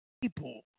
people